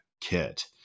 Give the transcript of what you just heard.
kit